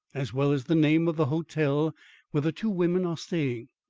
as well as the name of the hotel where the two women are staying.